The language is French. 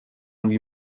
louis